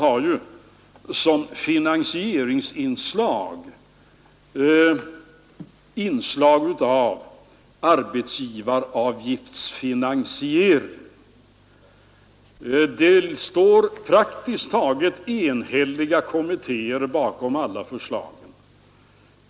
Alla dessa förslag har inslag av arbetsgivaravgiftsfinansiering. Det står praktiskt taget enhälliga kommittéer bakom alla dessa förslag.